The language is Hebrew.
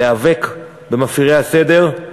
להיאבק במפרי הסדר.